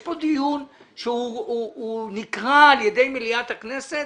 יש כאן דיון שהוא נקרא על ידי מליאת הכנסת